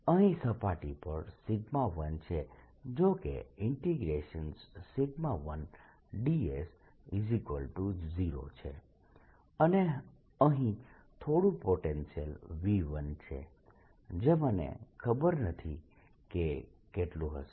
અહીં સપાટી પર 1 છે જો કે 1ds0 છે અને અહીં થોડું પોટેન્શિયલ V1 છે જે મને ખબર નથી કે તે કેટલું હશે